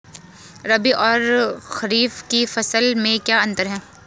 रबी और खरीफ की फसल में क्या अंतर है?